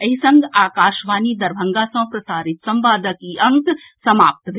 एहि संग आकाशवाणी दरभंगा सँ प्रसारित संवादक ई अंक समाप्त भेल